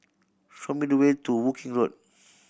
show me the way to Woking Road